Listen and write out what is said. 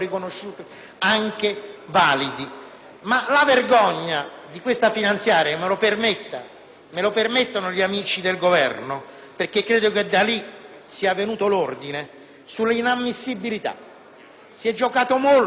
me lo permettano gli amici del Governo perché credo che da lì sia venuto l'ordine - concerne l'inammissibilità. Si è giocato molto sull'inammissibilità di alcuni emendamenti. È stata utilizzata come un'arma